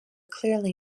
clearly